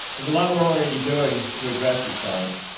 there's a lot we're already doing to address this challenge.